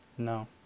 No